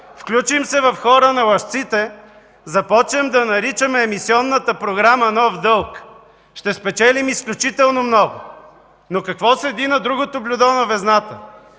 включим се в хора на лъжците, започнем да наричаме емисионната програма „нов дълг”. Ще спечелим изключително много. Какво обаче седи на другото блюдо на везната?